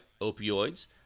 opioids